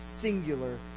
singular